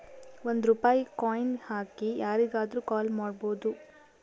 ಒಂದ್ ರೂಪಾಯಿ ಕಾಯಿನ್ ಹಾಕಿ ಯಾರಿಗಾದ್ರೂ ಕಾಲ್ ಮಾಡ್ಬೋದು